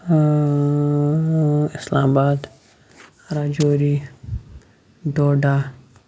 اِسلام آباد رَجوری ڈوڈا